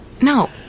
No